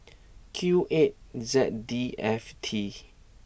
Q eight Z D F T